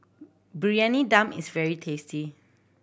Briyani Dum is very tasty